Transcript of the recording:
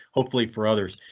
hopefully for others.